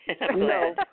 No